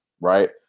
right